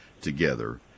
together